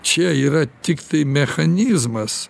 čia yra tiktai mechanizmas